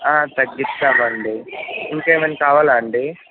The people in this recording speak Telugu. తగ్గిస్తాము అండీ ఇంకా ఏమైనా కావాలా అండి